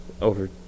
over